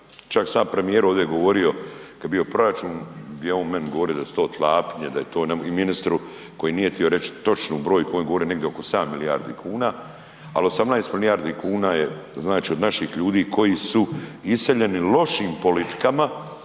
Čak sam ja premijeru ovdje govorio kad je bio proračun je on meni govorio da su to klapnje, da je to, i ministru koji nije htio reći točnu brojku, on je govorio negdje oko 7 milijardi kuna. Ali 18 milijardi kuna je znači od naših ljudi koji su iseljeni lošim politikama